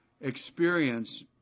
experience